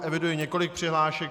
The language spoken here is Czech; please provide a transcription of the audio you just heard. Eviduji několik přihlášek.